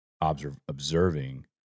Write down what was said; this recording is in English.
observing